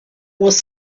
was